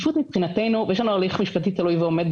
יש לנו הליך משפטי תלוי ועומד,